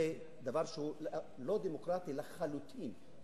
זה דבר שהוא לא דמוקרטי לחלוטין,